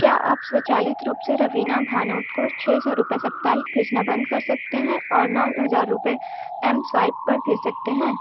क्या आप स्वचालित रूप से रवीना भानोद को छह सौ रुपये साप्ताहिक भेजना बंद कर सकते हैं और नौ हज़ार रुपये एमस्वाइप पर भेज सकते हैं